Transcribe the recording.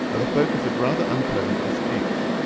are the focus of rather unpleasant disputes.